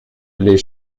les